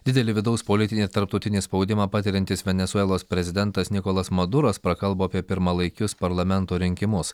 didelį vidaus politinį tarptautinį spaudimą patiriantis venesuelos prezidentas nikolas maduras prakalbo apie pirmalaikius parlamento rinkimus